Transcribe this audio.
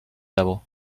devil